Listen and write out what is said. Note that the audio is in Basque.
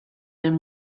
lehen